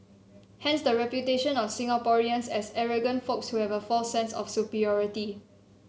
hence the reputation of Singaporeans as arrogant folks who have a false sense of superiority